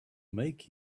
make